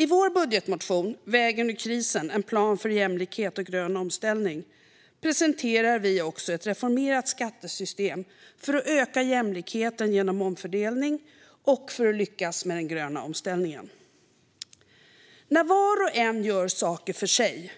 I vår budgetmotion Vägen ur krisen - en plan för jämlikhet och grön omställning presenterar vi ett reformerat skattesystem för att öka jämlikheten genom omfördelning och för att lyckas med den gröna omställningen. När var och en gör saker var för sig,